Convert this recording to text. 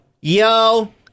Yo